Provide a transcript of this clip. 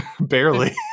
Barely